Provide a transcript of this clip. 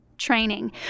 Training